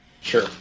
Sure